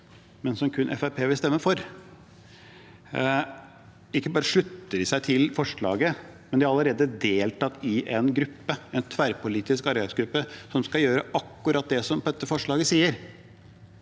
vil stemme for. Ikke bare slutter de seg til forslaget, de har allerede deltatt i en tverrpolitisk arbeidsgruppe som skal gjøre akkurat det som dette forslaget sier.